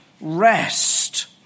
rest